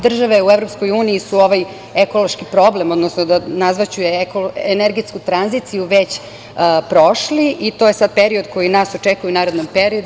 Države u EU su ovaj ekološki problem, odnosno nazvaću je ekonomskom tranzicijom, već prošli i to je sad period koji nas očekuje u narednom periodu.